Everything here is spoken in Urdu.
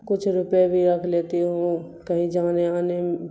کچھ روپئے بھی رکھ لیتی ہوں کہیں جانے آنے